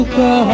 go